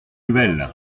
nouvelle